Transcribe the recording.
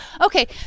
Okay